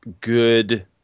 good